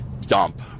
dump